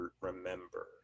remember